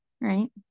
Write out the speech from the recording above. right